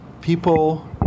people